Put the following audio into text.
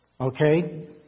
Okay